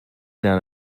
down